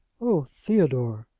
oh, theodore.